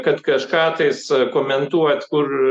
kad kažką taiso komentuot kur